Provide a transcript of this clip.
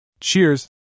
Cheers